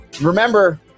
Remember